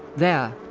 there,